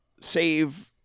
save